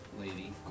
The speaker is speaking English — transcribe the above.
lady